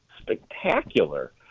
spectacular